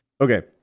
Okay